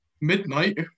midnight